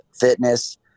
fitness